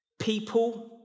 people